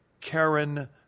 Karen